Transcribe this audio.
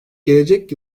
gelecek